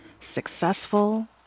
successful